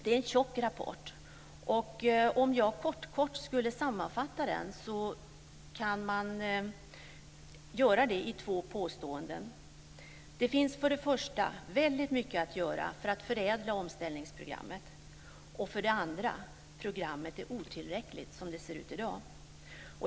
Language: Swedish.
Det är en tjock rapport, och om jag kort skulle sammanfatta den skulle jag kunna göra det i två påståenden: Det finns för det första väldigt mycket att göra för att förädla omställningsprogrammet, och för det andra: Programmet är otillräckligt som det ser ut i dag.